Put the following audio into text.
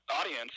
audience